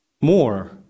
More